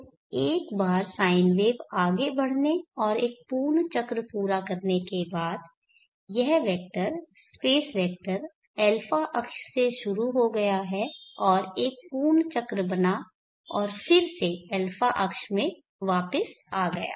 तो एक बार साइन वेव आगे बढ़ने और 1 पूर्ण चक्र पूरा करने के बाद यह वेक्टर स्पेस वेक्टर α अक्ष से शुरू हो गया है और एक पूर्ण चक्र बना और फिर से α अक्ष में वापस आ गया